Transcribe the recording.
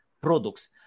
products